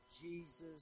Jesus